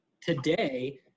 today